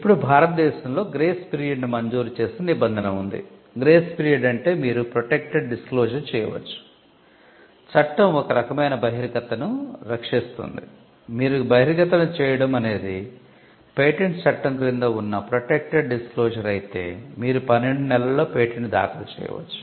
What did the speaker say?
ఇప్పుడు భారతదేశంలో grace period అయితే మీరు 12 నెలల్లో పేటెంట్ దాఖలు చేయవచ్చు